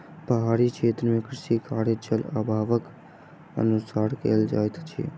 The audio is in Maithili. पहाड़ी क्षेत्र मे कृषि कार्य, जल अभावक अनुसार कयल जाइत अछि